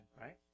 right